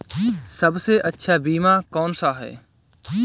सबसे अच्छा बीमा कौनसा है?